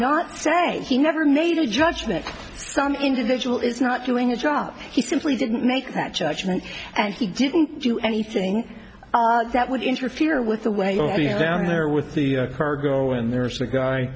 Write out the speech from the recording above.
not say he never made a judgment some individual is not doing his job he simply didn't make that judgment and he didn't do anything that would interfere with the way oh yeah down there with the cargo in there's a guy